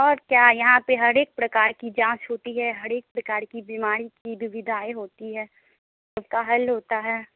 और क्या यहाँ पर हर एक प्रकार की जाँच होती है हर एक प्रकार की बीमारी की दुविधाएँ होती है उसका हाल होता है